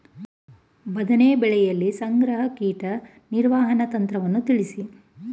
ಬದನೆ ಬೆಳೆಯಲ್ಲಿ ಸಮಗ್ರ ಕೀಟ ನಿರ್ವಹಣಾ ತಂತ್ರವನ್ನು ತಿಳಿಸಿ?